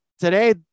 Today